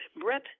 Brett